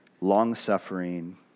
long-suffering